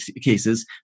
cases